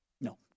No